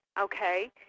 Okay